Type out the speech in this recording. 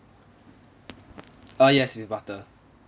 ah yes with butter